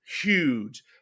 huge